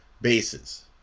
bases